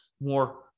more